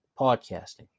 podcasting